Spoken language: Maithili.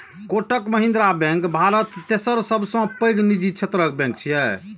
कोटक महिंद्रा बैंक भारत तेसर सबसं पैघ निजी क्षेत्रक बैंक छियै